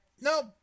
nope